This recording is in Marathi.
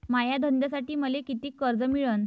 माया धंद्यासाठी मले कितीक कर्ज मिळनं?